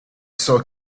saw